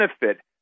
benefit